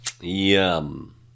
Yum